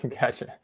Gotcha